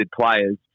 players